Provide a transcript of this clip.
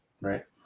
Right